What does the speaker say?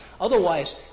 Otherwise